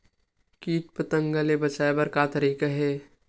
कीट पंतगा ले बचाय बर का तरीका हे?